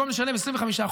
במקום לשלם 25%,